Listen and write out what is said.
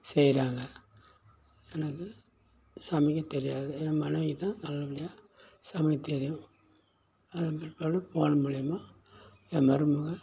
செய்கிறாங்க எனக்கு சமைக்க தெரியாது என் மனைவிதான் நல்லபடியாக சமைக்க தெரியும் அதன் பிற்பாடு ஃபோன் மூலிமா என் மருகவ